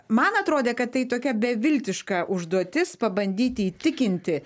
man atrodė kad tai tokia beviltiška užduotis pabandyti įtikinti